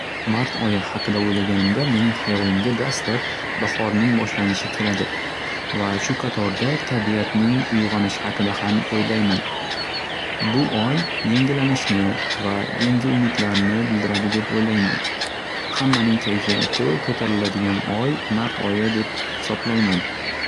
Mart oyi haqida o'ylaganimda mening hayolimga daslab bahorning boshlanishi keladi va shu qatorda tabiatning uyg'onish haqida ham o'ylayman. Bu oy yangilanishni va yangi umidlarni bildiradi deb o'ylayman. Hammaning kayfiyati ko'tariladigan oy mart oyi deb hisoblayman.